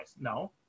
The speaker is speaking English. No